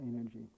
energy